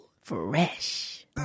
Fresh